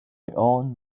own